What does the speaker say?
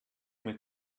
mit